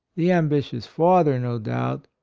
the ambitious father, no doubt,